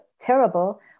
terrible